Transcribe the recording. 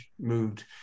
moved